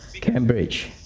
Cambridge